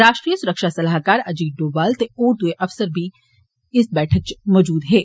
राष्ट्रीय सुरक्षा सलाहकार अजीत डोबाल ते होर दुए अफसर बी इस बैठक च मौजूद हे